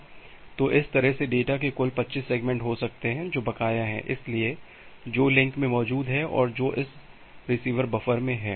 तो इस तरह से डेटा के कुल 25 सेगमेंट हो सकते हैं जो बकाया है इसलिए जो लिंक में मौजूद है और जो इस रिसीवर बफर में है